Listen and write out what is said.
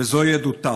וזוהי עדותה: